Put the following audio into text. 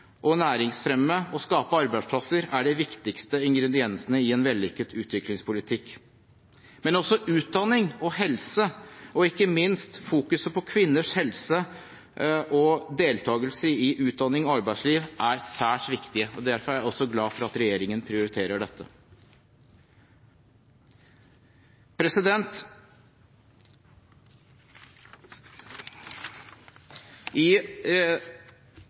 næringsfremme og å skape arbeidsplasser er de viktigste ingrediensene i en vellykket utviklingspolitikk, men også utdanning, helse og ikke minst fokuset på kvinners helse og deltagelse i utdanning og arbeidsliv er særs viktig, og derfor er jeg også glad for at regjeringen prioriterer dette. I